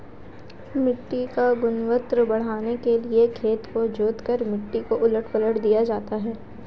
मिट्टी की गुणवत्ता बढ़ाने के लिए खेत को जोतकर मिट्टी को उलट पलट दिया जाता है